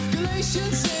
Galatians